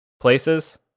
places